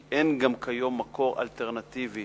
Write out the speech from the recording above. כי גם אין כיום מקור אלטרנטיבי